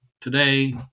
today